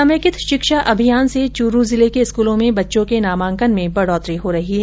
समेकित शिक्षा अभियान से चूरू जिले के स्कूलों में बच्चों के नामांकन में बढ़ोतरी हो रही है